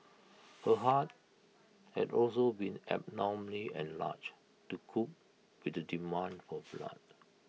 her heart had also been abnormally enlarged to cope with the demand for blood